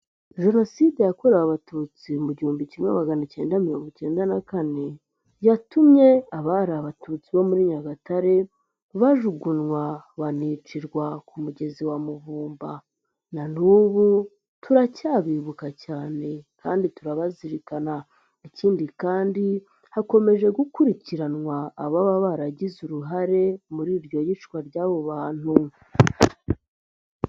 Jenoside yakorewe Abatutsi mu gihumbi kimwe magana icyenda mirongo icyenda na kane, yatumye abari Abatutsi bo muri Nyagatare bajugunywa banicirwa ku mugezi wa Muvumba, na n'ubu turacyabibuka cyane kandi turabazirikana, ikindi kandi hakomeje gukurikiranwa ababa baragize uruhare muri iryo yicwa ry'abo bantu.